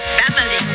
family